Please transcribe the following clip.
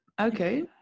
Okay